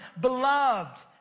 beloved